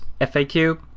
FAQ